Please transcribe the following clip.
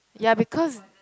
ya because